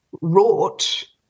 wrought